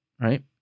right